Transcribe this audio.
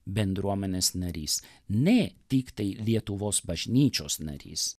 bendruomenės narys ne tiktai lietuvos bažnyčios narys